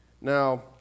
Now